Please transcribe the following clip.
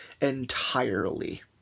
entirely